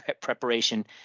preparation